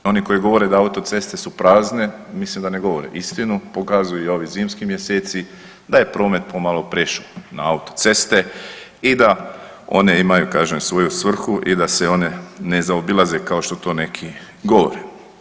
Oni govore da autoceste su prazne, mislim da ne govore istinu, pokazuju i ovi zimski mjeseci da je promet pomalo prešao na autoceste i da one imaju svoju svrhu i da se one ne zaobilaze kao što to neki govore.